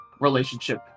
relationship